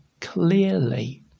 clearly